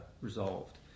resolved